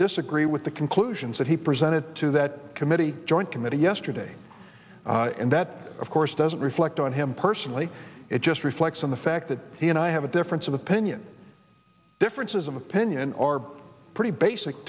disagree with the conclusions that he presented to that committee joint committee yesterday and that of course doesn't reflect on him personally it just reflects on the fact that he and i have a difference of opinion differences of opinion are pretty basic